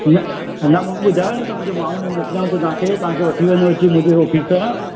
न न मु ॿुधायो न त मुंजो माण्हूं मां मोकलाव तव्हांखे तव्हांखे वठी वेंदो अची मुंजी ऑफिस ता